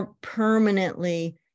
permanently